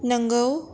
नोंगौ